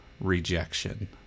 rejection